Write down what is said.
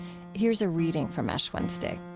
here's a reading from ash wednesday.